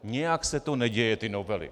Nějak se to neděje, ty novely.